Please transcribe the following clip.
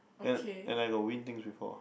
and and I got win things before